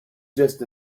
just